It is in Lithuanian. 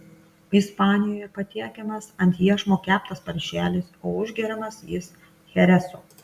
ispanijoje patiekiamas ant iešmo keptas paršelis o užgeriamas jis cheresu